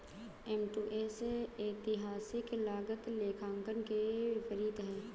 M to M ऐतिहासिक लागत लेखांकन के विपरीत है